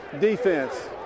Defense